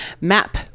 MAP